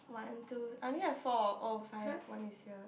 one two I only have four oh five one is here